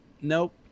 nope